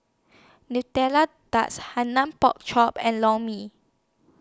Nutella Tart Hainanese Pork Chop and Lor Mee